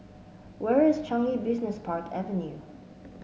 where is Changi Business Park Avenue